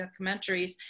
documentaries